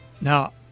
Now